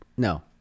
No